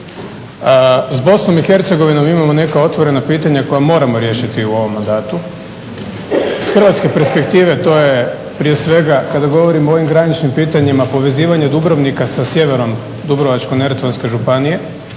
u poslu. S BiH imamo neka otvorena pitanja koja moramo riješiti u ovom mandatu. Iz hrvatske perspektive to je prije svega kada govorimo o ovim graničnim pitanjima povezivanje Dubrovnika sa sjeverom Dubrovačko-neretvanske županije.